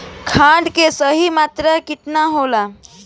खाद्य के सही मात्रा केतना होखेला?